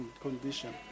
condition